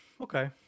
Okay